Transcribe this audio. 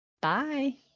Bye